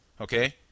okay